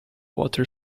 water